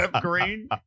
Green